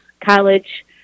college